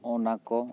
ᱚᱱᱟ ᱠᱚ